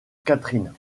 catherine